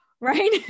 right